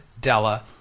Della